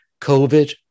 COVID